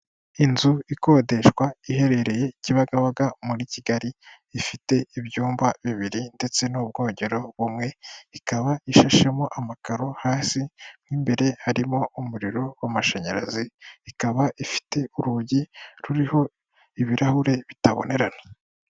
Inzu ikodeshwa iherereye i kibagabaga muri kigali ifite ibyumba bibiri ndetse n'ubwogero bumwe, Ikaba ishashemo amakaro hasi. Mu imbere harimo umuriro w'amashanyarazi, ikaba ifite urugi ruriho ibirahuri bitabonerana.